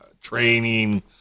training